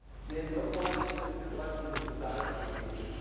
again, no points. just collections of desirable behavior.